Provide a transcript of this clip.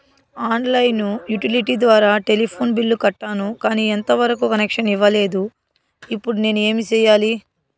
On line utility ద్వారా telephone bill కట్టాను, కానీ ఎంత వరకు కనెక్షన్ ఇవ్వలేదు, ఇప్పుడు నేను ఏమి సెయ్యాలి?